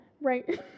Right